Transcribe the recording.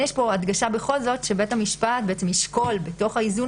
בכל זאת יש הדגשה שבית המשפט ישקול בתוך האיזון